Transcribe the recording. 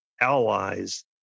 Allies